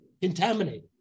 contaminated